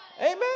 amen